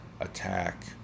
attack